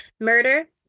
murder